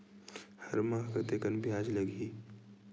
हर माह कतेकन ब्याज लगही?